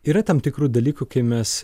yra tam tikrų dalykų kai mes